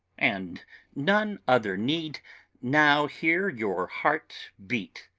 and none other need now hear your heart beat,